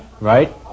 Right